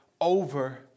over